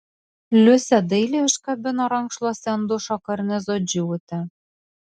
liusė dailiai užkabino rankšluostį ant dušo karnizo džiūti